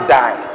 die